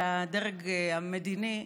על הדרג המדיני,